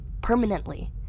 permanently